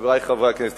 חברי חברי הכנסת,